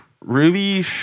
Ruby